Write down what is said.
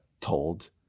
told